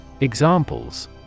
Examples